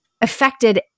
affected